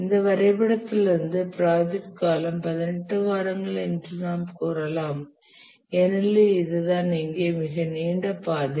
இந்த வரைபடத்திலிருந்து ப்ராஜெக்ட் காலம் 18 வாரங்கள் என்று நாம் கூறலாம் ஏனெனில் இதுதான் இங்கே மிக நீண்ட பாதை